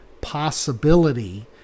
possibility